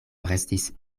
restis